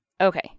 Okay